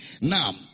Now